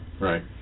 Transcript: Right